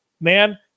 man